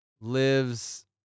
lives